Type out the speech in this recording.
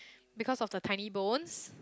because of the tiny bones